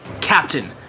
Captain